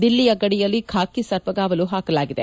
ದಿಲ್ಲಿಯ ಗಡಿಯಲ್ಲಿ ಖಾಕಿ ಸರ್ಪಗಾವಲು ಹಾಕಲಾಗಿದೆ